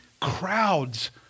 crowds